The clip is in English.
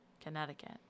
Connecticut